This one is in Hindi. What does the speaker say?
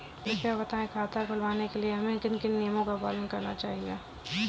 कृपया बताएँ खाता खुलवाने के लिए हमें किन किन नियमों का पालन करना चाहिए?